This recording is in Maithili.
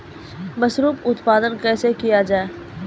मसरूम उत्पादन कैसे किया जाय?